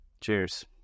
Cheers